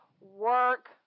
work